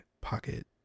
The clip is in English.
pocket